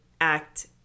act